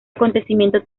acontecimiento